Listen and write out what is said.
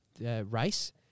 race